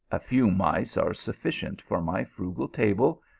a few mice are sufficient for my frugal table,